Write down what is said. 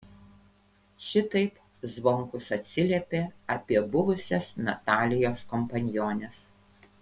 šitaip zvonkus atsiliepė apie buvusias natalijos kompaniones